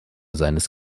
seines